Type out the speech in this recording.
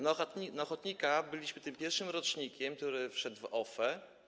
Na ochotnika byliśmy tym pierwszym rocznikiem, który wszedł w OFE.